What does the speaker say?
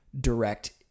direct